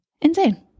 Insane